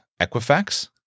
Equifax